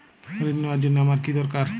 ঋণ নেওয়ার জন্য আমার কী দরকার?